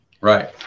Right